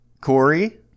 Corey